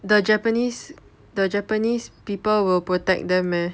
the japanese the japanese people will protect them meh